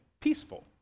peaceful